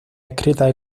escritas